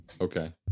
Okay